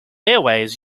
airways